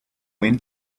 win